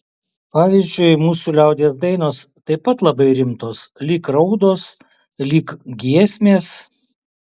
pavyzdžiui mūsų liaudies dainos taip pat labai rimtos lyg raudos lyg giesmės